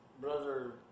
brother